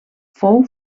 fou